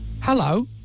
hello